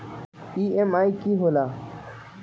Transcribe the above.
EMI की होला?